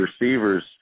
receivers